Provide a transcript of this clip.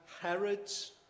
Herod's